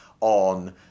on